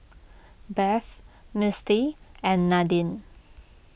Beth Misty and Nadine